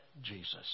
Jesus